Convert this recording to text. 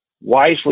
wisely